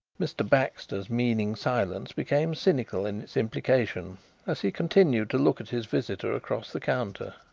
mr. baxter's meaning silence became cynical in its implication as he continued to look at his visitor across the counter.